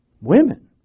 Women